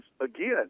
again